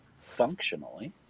functionally